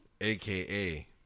aka